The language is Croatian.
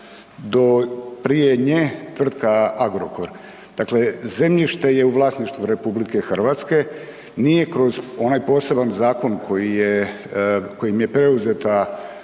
do prije nje tvrtka Agrokor. Dakle zemljište je u vlasništvu RH, nije kroz onaj poseban zakon, koji je, kojim je preuzeta